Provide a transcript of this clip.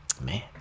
man